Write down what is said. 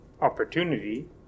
opportunity